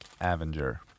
Avenger